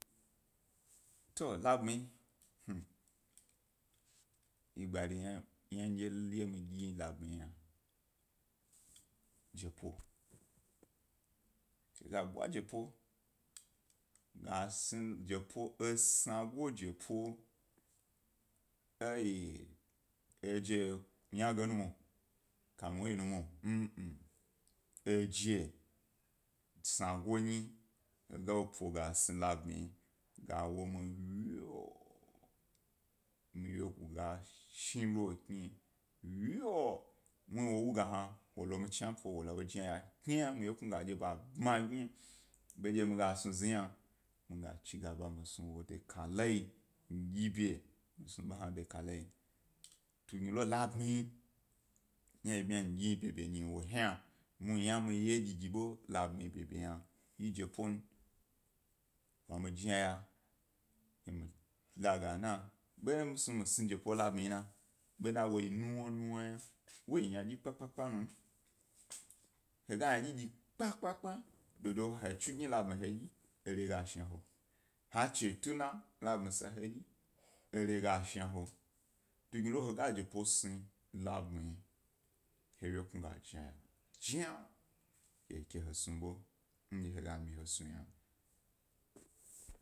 To labmi, hm, yi agbari, yna mi dye ye mi dyi labmi yna yi jepo, mi ga bwa jepo ga sni jepo se go jepo eye eje yna gen um mo, kanu yin um mo ne ng; eje se go nyi he ga wop nu ga sni labmiyi ga wo mi wye ooo, mi wye ga shni lo kni wye ooo muhni wow u ga hna wo lo mi dinipo. Wo la wo jnaya cha-a mi wyegnu ga jnaya bagni, bendye mi gas nu zhi yna mi gas nu da kalayi. Mi dyi be mi snu wo che kalayi. Tugni lo labuni yna bmaya mi dyi ḃeḃen wo hna, muhni yna ye dyi dyi ḃo labmi yna yi jepon wo mi jnaya. Bendye snu mi ga sni jepo labmi yna woyi nuwna nuwna yna wo yi endyi kpa-kpa kpa yna num, he yna kpa-kpa-kpa, dodo he tsu egni he dyi ere ga shni he, he chiwyi tuna labmi sayi hedyi ere ga shni he. Tungni lo he ga jepo sni labmi yi he wyignu ga jnaya cha-a ke he snu ḃo ndye he ga mi he snu yna.